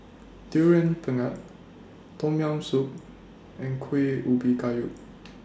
Durian Pengat Tom Yam Soup and Kueh Ubi Kayu